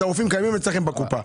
אז הרופאים קיימים אצלכם בקופה.